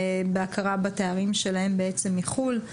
הכרה בתארים שלהם בעצם מחו"ל.